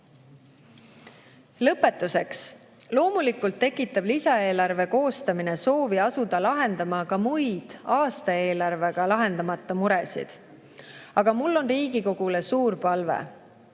Lõpetuseks. Loomulikult tekitab lisaeelarve koostamine soovi asuda lahendama ka muid aastaeelarvega lahendamata jäänud muresid. Aga mul on Riigikogule suur palve.